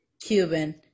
Cuban